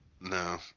No